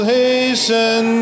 hasten